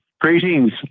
greetings